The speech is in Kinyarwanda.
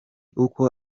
uko